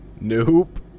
Nope